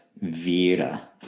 vira